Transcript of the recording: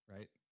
Right